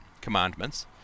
commandments